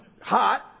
Hot